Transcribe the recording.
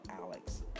Alex